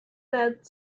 that